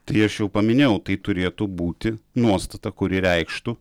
tai aš jau paminėjau tai turėtų būti nuostata kuri reikštų